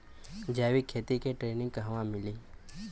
जैविक खेती के ट्रेनिग कहवा मिली?